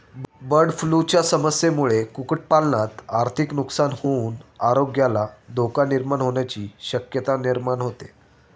बर्डफ्लूच्या समस्येमुळे कुक्कुटपालनात आर्थिक नुकसान होऊन आरोग्याला धोका निर्माण होण्याची शक्यता निर्माण होते